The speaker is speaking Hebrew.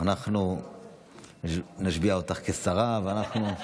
אנחנו נשביע אותך כשרה, ואנחנו,